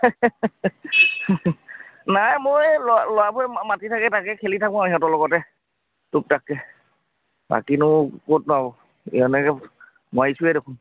নাই মই ল ল'ৰাবোৰে মাতি থাকে তাকে খেলি থাকোঁ আৰু সিহঁতৰ লগতে টুক টাককৈ বাকীনো ক'তনো আৰু এনেকৈ নোৱাৰিছোৱে দেখোন